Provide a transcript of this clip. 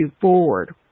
forward